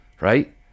right